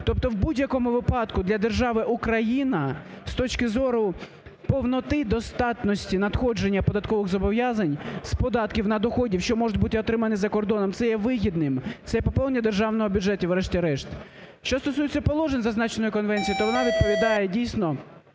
Тобто в будь-якому випадку для держави Україна з точки зору повноти, достатності надходження податкових зобов'язань з податків на доходи, що можуть бути отримані за кордоном, це є вигідним, це поповнення державного бюджету, врешті-решт. Що стосується положень зазначеної конвенції, то вона відповідає дійсно